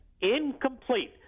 incomplete